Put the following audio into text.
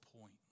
point